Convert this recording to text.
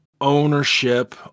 ownership